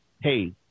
hey